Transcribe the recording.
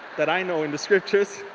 that i know in the scriptures.